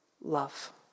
Love